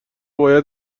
باید